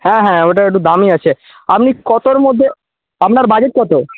হ্যাঁ হ্যাঁ ওটা একটু দামি আছে আপনি কতর মধ্যে আপনার বাজেট কত